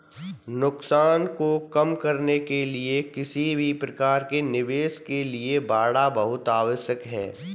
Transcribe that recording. नुकसान को कम करने के लिए किसी भी प्रकार के निवेश के लिए बाड़ा बहुत आवश्यक हैं